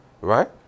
right